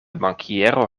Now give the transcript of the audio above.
bankiero